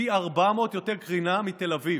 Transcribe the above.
פי 400 יותר קרינה מתל אביב.